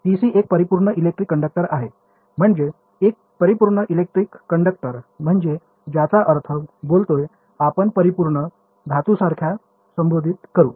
PEC एक परिपूर्ण electric conductor आहे म्हणजे एक परिपूर्ण इलेक्ट्रिक कंडक्टर म्हणजे ज्याचा अर्थ बोलतोय आपण परिपूर्ण धातूसारखे संबोधित करू